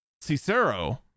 Cicero